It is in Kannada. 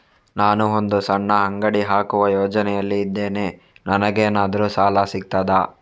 ನಾನು ಒಂದು ಸಣ್ಣ ಅಂಗಡಿ ಹಾಕುವ ಯೋಚನೆಯಲ್ಲಿ ಇದ್ದೇನೆ, ನನಗೇನಾದರೂ ಸಾಲ ಸಿಗ್ತದಾ?